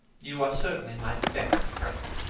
you are certainly my best friend.